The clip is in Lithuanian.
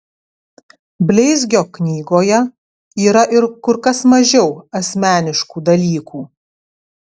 bleizgio knygoje yra ir kur kas mažiau asmeniškų dalykų